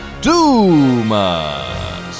Dumas